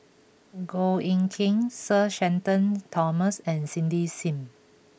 Goh Eck Kheng Sir Shenton Thomas and Cindy Sim